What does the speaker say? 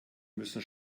müssen